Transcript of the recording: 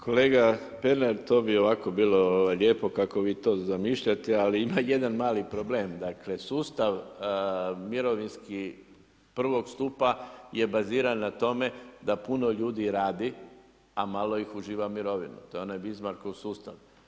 Kolega Pernar, to bi ovako bilo lijepo kako vi to zamišljate, ali ima jedan mali problem, dakle, sustav, mirovinski prvog stupa je baziran na tome, da puno ljudi rade, a malo ih uživa mirovinu, to je onaj Bismakov sustav.